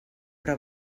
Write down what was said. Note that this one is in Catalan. però